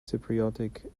cypriot